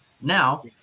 Now